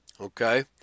Okay